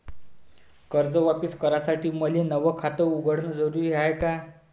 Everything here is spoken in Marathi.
कर्ज वापिस करासाठी मले नव खात उघडन जरुरी हाय का?